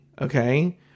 Okay